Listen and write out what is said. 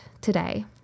today